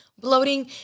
bloating